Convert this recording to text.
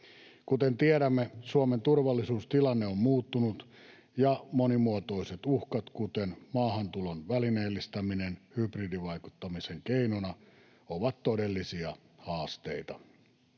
Kuten tiedämme, Suomen turvallisuustilanne on muuttunut ja monimuotoiset uhkat, kuten maahantulon välineellistäminen hybridivaikuttamisen keinona, ovat todellisia haasteita.